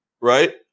right